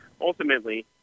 ultimately